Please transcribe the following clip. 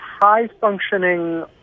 high-functioning